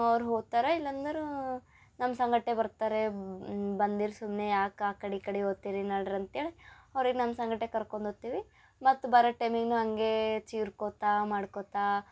ಅವರು ಹೋಗ್ತಾರ ಇಲ್ಲಂದ್ರೆ ನಮ್ಮ ಸಂಗಡ್ನೆ ಬರ್ತಾರೆ ಬಂದಿರ್ ಸುಮ್ಮನೆ ಯಾಕೆ ಆ ಕಡೆ ಈ ಕಡೆ ಹೋಗ್ತಿರಿ ನಡ್ರಿ ಅಂತ ಅವ್ರಿಗೆ ನಮ್ಮ ಸಂಗಡ್ನೆ ಕರ್ಕೊಂಡ್ ಹೋಗ್ತಿವಿ ಮತ್ತು ಬರತ್ ಟೈಮಿಗೂ ಹಂಗೇ ಚೀರ್ಕೋತ ಮಾಡ್ಕೊತ